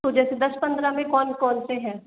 तो जैसे दस पंद्रह में कौन कौन से हैं